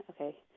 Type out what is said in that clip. Okay